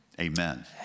Amen